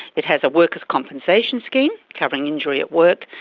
it has a workers' compensation scheme covering injury at work.